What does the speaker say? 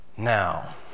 Now